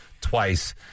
twice